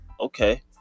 Okay